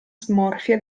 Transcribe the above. smorfia